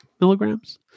milligrams